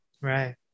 Right